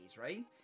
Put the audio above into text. Right